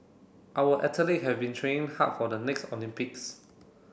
our athlete have been training hard for the next Olympics